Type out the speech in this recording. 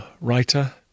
writer